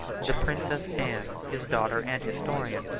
the princess anne, his daughter and historian,